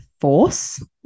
force